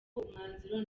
umwanzuro